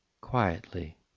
quietly